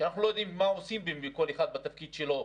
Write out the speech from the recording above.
שאנחנו לא יודעים מה עושה כל אחד בתפקיד שלו,